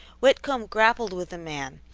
whitcomb grappled with the man,